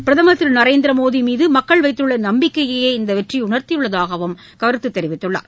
பிரதமர் திரு நரேந்திரமோடி மீது மக்கள் வைத்துள்ள நம்பிக்கையே இந்த வெற்றியை உணர்த்தியுள்ளதாக அவர் கருத்து தெரிவித்துள்ளார்